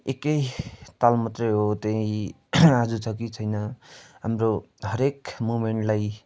एक ताल मात्र हो त्यही आज छ कि छैन हाम्रो हरएक मोमेन्टलाई